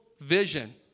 vision